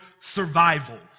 survival